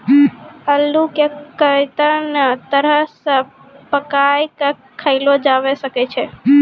अल्लू के कत्ते नै तरह से पकाय कय खायलो जावै सकै छै